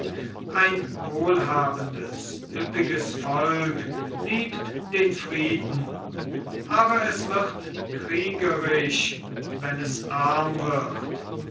ein wohlhabendes üppiges volk liebt den frieden aber es wird kriegerisch wenn es arm wird